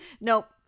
Nope